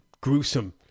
gruesome